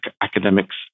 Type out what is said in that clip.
academics